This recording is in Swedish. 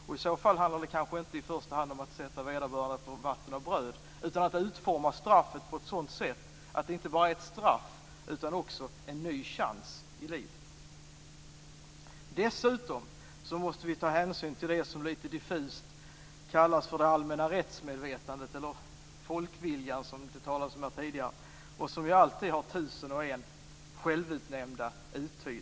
Och då handlar det kanske inte i första hand om att sätta vederbörande på vatten och bröd utan om att utforma straffet på ett sådant sätt att det inte bara är ett straff utan också en ny chans i livet. Dessutom måste vi ta hänsyn till det som lite diffust kallas för det allmänna rättsmedvetandet eller folkviljan, som det talades om här tidigare, och som alltid har tusen och en självutnämnda uttydare.